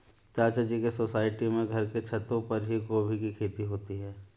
चाचा जी के सोसाइटी में घर के छतों पर ही गोभी की खेती होती है